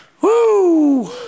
Woo